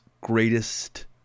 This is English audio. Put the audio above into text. greatest